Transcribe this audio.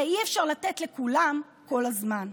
מסתבר שאפילו לנהל את הכלכלה הישראלית הם לא